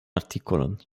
artikolon